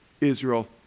Israel